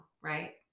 right